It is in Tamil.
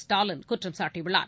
ஸ்டாலின் குற்றம் சாட்டியுள்ளார்